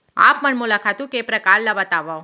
आप मन मोला खातू के प्रकार ल बतावव?